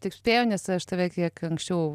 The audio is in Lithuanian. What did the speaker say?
tik spėju nes aš tave kiek anksčiau